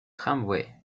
tramway